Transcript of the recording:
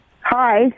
Hi